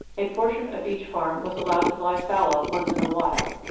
a portion of each farm was allowed to lie fallow once in a while,